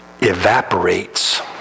evaporates